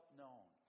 known